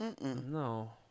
No